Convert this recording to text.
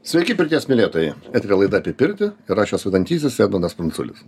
sveiki pirties mylėtojai eteryje laida apie pirtį ir aš esu ventysis edmundas pranculis